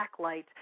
backlight